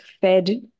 fed